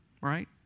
Right